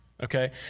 Okay